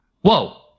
whoa